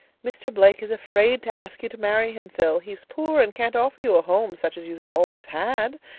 mr. blake is afraid to ask you to marry him, phil. he is poor and can't offer you a home such as you've always had.